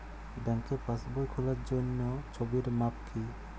ব্যাঙ্কে পাসবই খোলার জন্য ছবির মাপ কী?